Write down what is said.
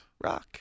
Rock